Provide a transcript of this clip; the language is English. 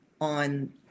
on